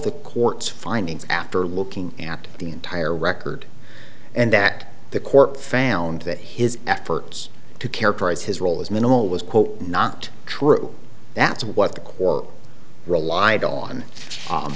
the court's findings after looking at the entire record and that the court found that his efforts to characterize his role as minimal was quote not true that's what the quote relied on